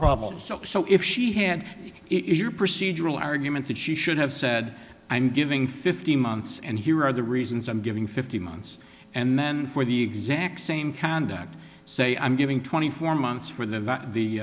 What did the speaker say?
problem so if she hand it your procedural argument that she should have said i'm giving fifteen months and here are the reasons i'm giving fifteen months and then for the exact same conduct say i'm giving twenty four months for the the